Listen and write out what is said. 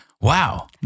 Wow